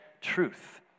truth